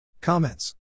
Comments